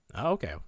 okay